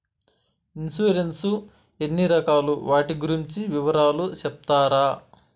Insurance ఎన్ని రకాలు వాటి గురించి వివరాలు సెప్తారా?